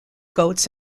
goats